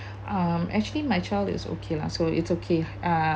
um actually my child is okay lah so it's okay uh